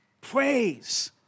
praise